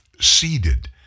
seeded